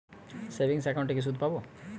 Savings একাউন্টে কি সুদ পাব?